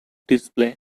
display